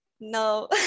No